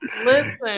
Listen